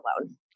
alone